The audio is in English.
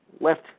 left